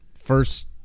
first